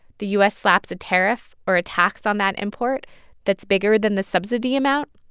the u s. slaps a tariff or a tax on that import that's bigger than the subsidy amount.